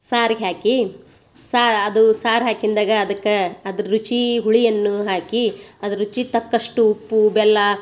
ಸಾರಿಗೆ ಹಾಕಿ ಸಾ ಅದು ಸಾರು ಹಾಕಿಂದಾಗ ಅದಕ್ಕೆ ಅದ್ರ ರುಚಿ ಹುಳಿಯನ್ನು ಹಾಕಿ ಅದ್ರ ರುಚಿಗೆ ತಕ್ಕಷ್ಟು ಉಪ್ಪು ಬೆಲ್ಲ